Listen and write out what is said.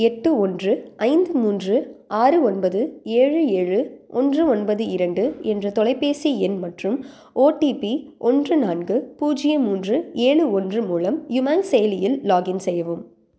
எட்டு ஒன்று ஐந்து மூன்று ஆறு ஒன்பது ஏழு ஏழு ஒன்று ஒன்பது இரண்டு என்ற தொலைபேசி எண் மற்றும் ஓடிபி ஒன்று நான்கு பூஜ்ஜியம் மூன்று ஏழு ஒன்று மூலம் யுமாங் செயலியில் லாகின் செய்யவும்